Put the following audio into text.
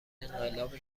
انقلاب